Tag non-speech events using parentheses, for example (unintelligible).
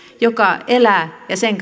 joka elää ja sen (unintelligible)